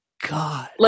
God